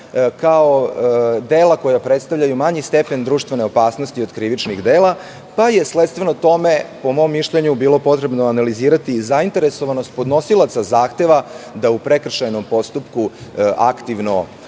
kao dela koja predstavljaju manji stepen društvene opasnosti od krivičnih dela, pa je sledstveno tome po mom mišljenju bilo potrebno analizirati zainteresovanost podnosilaca zahteva da u prekršajnom postupku učestvuju